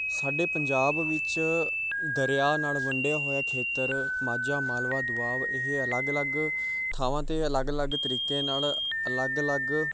ਸਾਡੇ ਪੰਜਾਬ ਵਿੱਚ ਦਰਿਆ ਨਾਲ ਵੰਡਿਆ ਹੋਇਆ ਖੇਤਰ ਮਾਝਾ ਮਾਲਵਾ ਦੁਆਬਾ ਇਹ ਅਲੱਗ ਅਲੱਗ ਥਾਵਾਂ 'ਤੇ ਅਲੱਗ ਅਲੱਗ ਤਰੀਕੇ ਨਾਲ ਅਲੱਗ ਅਲੱਗ